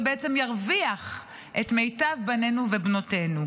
בעצם ירוויח את מיטב בנינו ובנותינו.